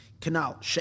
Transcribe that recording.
canal